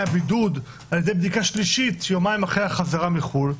הבידוד על ידי בדיקה שלישית יומיים אחרי החזרה מחו"ל,